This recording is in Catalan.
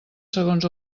segons